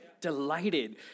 Delighted